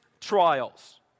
trials